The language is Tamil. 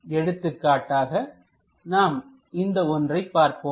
எடுத்துக்காட்டாக நாம் இந்த ஒன்றைப் பார்ப்போம்